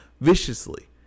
viciously